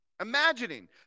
imagining